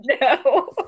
No